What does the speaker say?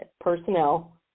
personnel